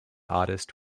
artist